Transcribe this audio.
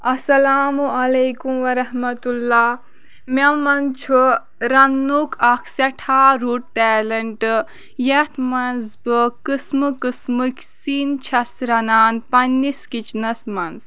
اَسَلامُ علیکُم وَرحمتُہ اللہ مےٚ منٛز چھ رَننُک اَکھ سیٚٹھاہ رُت ٹیلنٛٹ یَتھ منٛز بہٕ قٕسمہٕ قٕسمٕکۍ سِنۍ چھَس رَنان پنٛنِس کِچنَس منٛز